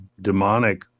demonic